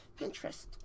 Pinterest